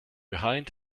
behind